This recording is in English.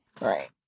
Right